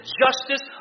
justice